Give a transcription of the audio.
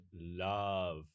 love